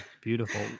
beautiful